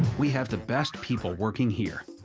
we have the best people working here.